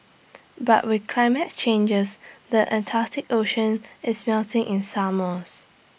but with climate changes the Arctic ocean is melting in summers